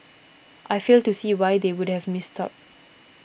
I fail to see why they would have missed out